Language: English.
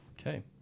Okay